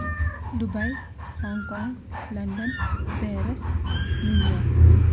Dubai Hong Kong London Paris New York city